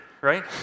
right